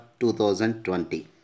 2020